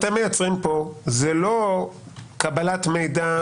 זה לא שאתם מייצרים פה קבלת מידע,